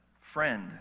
friend